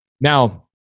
Now